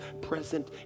present